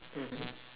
mmhmm